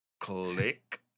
Click